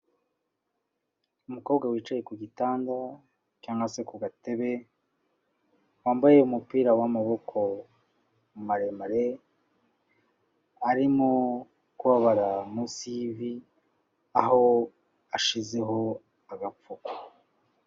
Umukobwa wicaye ku gitanda cyangwa se ku gatebe, wambaye umupira w'amaboko maremare, arimo kubabara munsi y'ivi, aho ashizeho agapfuko.